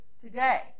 today